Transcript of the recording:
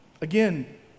Again